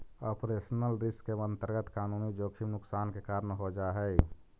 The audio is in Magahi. ऑपरेशनल रिस्क के अंतर्गत कानूनी जोखिम नुकसान के कारण हो जा हई